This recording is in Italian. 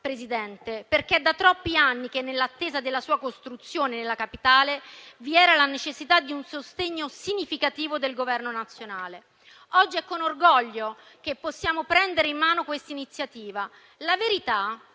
Presidente, perché è da troppi anni che, nell'attesa della sua costruzione nella capitale, vi era la necessità di un sostegno significativo del Governo nazionale. Oggi è con orgoglio che possiamo prendere in mano questa iniziativa. La verità è